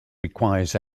requires